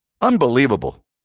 Unbelievable